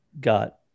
got